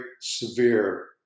severe